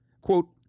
quote